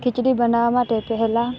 ખિચડી બનાવવા માટે પહેલા